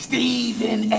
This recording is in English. Stephen